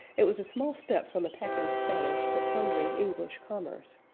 it was a small step from attacking spanish to plundering english commerce,